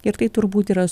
ir tai turbūt yra